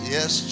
Yes